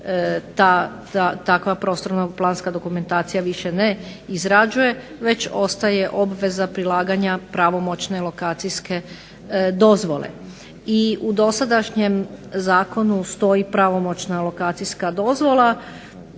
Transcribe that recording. takva prostorno-planska dokumentacija više ne izrađuje već ostaje obveza prilaganja pravomoćne lokacijske dozvole. I u dosadašnjem zakonu stoji pravomoćna lokacijska dozvola.